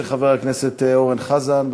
של חבר הכנסת אורן חזן,